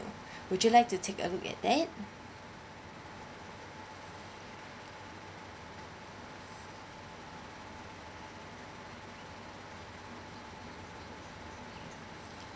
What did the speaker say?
would you like to take a look at that